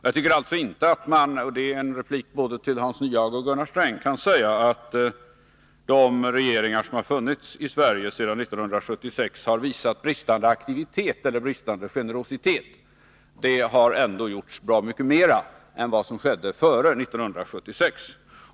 Jag tycker alltså inte att man — och det är en replik till såväl Hans Nyhage som Gunnar Sträng — kan säga att de regeringar som funnits i Sverige sedan 1976 har visat bristande aktivitet eller bristande generositet. Det har ändå gjorts bra mycket mera än vad som skedde före 1976.